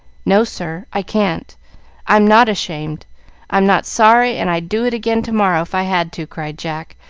no, sir i can't i'm not ashamed i'm not sorry, and i'd do it again to-morrow if i had to, cried jack,